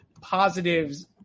positives